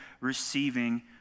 receiving